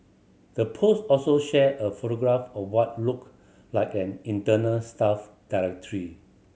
the post also shared a photograph of what looked like an internal staff directory